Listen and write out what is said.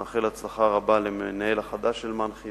אני מאחל הצלחה רבה למנהל החדש של מנח"י,